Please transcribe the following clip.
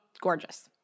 gorgeous